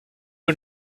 who